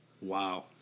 Wow